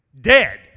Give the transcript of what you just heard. dead